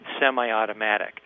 semi-automatic